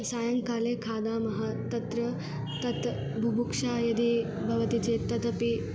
सायङ्काले खादामः तत्र तत् बुभुक्षा यदि भवति चेत् तदपि